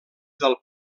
del